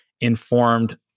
informed